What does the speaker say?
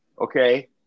okay